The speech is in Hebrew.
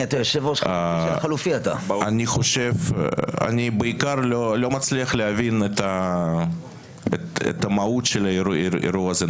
אני בעיקר לא מצליח להבין את המהות של האירוע הזה.